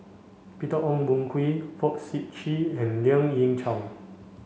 Peter Ong Boon Kwee Fong Sip Chee and Lien Ying Chow